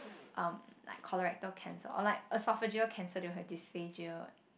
um like coloratura cancer or like esophageal cancer they will have dysphagia